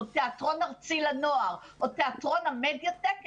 או תיאטרון ארצי לנוער או תיאטרון המדיטק,